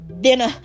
Dinner